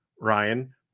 Ryan